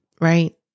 Right